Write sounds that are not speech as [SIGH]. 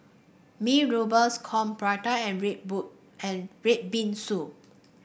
Mee Rebus corn Prata and red [UNINTELLIGIBLE] and red bean soup